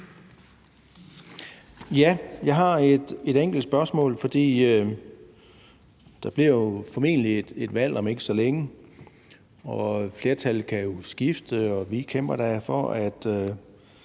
Jeg har et enkelt spørgsmål. Der bliver formentlig et valg om ikke så længe, og flertallet kan jo skifte, og vi kæmper da for, at